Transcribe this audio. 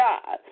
God